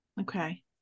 okay